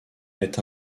est